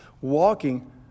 walking